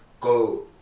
go